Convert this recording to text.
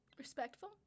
Respectful